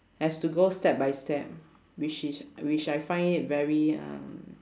has to go step by step which is which I find it very um